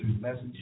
message